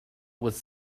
was